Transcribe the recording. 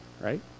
right